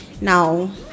now